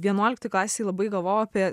vienuoliktoj klasėj labai galvo apie